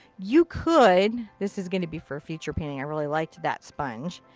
you could this is gonna be for a future painting. i really liked that sponge.